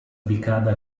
ubicada